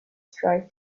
tried